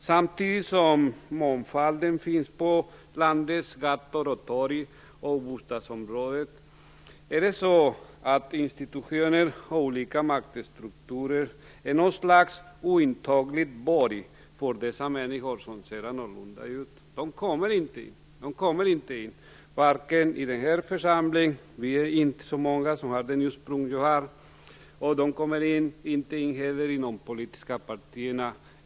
Samtidigt som det finns en mångfald på landets gator och torg och i bostadsområdena, är institutioner och olika maktstrukturer något slags ointaglig borg för människor som ser annorlunda ut. De kommer varken in i den här församlingen - det är inte så många som har det ursprung jag har - eller i de politiska partierna.